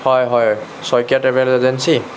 হয় হয় Saikia travel agency